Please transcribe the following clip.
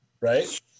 right